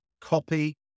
copy